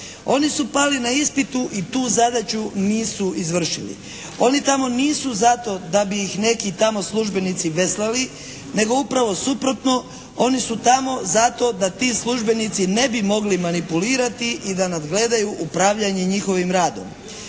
Oni su pali na ispitu i tu zadaću nisu izvršili. Oni tamo nisu zato da bi ih neki tamo službenici veslali, nego upravo suprotno, oni su tamo zato da ti službenici ne bi mogli manipulirati i da nadgledaju upravljanje njihovim radom.